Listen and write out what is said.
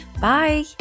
Bye